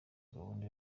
gahunda